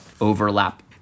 overlap